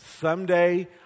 someday